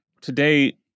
today